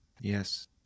Yes